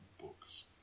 books